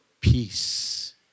peace